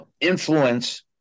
influence